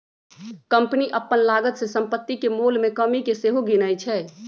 company अप्पन लागत में सम्पति के मोल में कमि के सेहो गिनै छइ